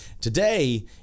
today